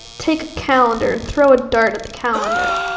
take calendar and throw a dart at the calendar.